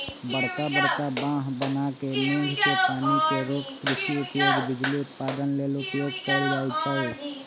बरका बरका बांह बना के मेघ के पानी के रोक कृषि उपयोग, बिजली उत्पादन लेल उपयोग कएल जाइ छइ